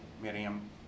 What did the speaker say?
miriam